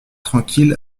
tranquille